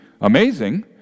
amazing